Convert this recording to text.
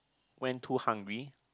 went too hungry